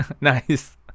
Nice